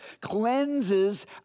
cleanses